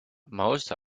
most